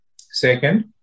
Second